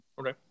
Okay